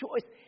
choice